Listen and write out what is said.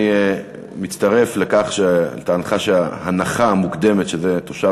אני מצטרף לכך שההנחה המוקדמת שזה תושב